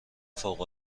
فوق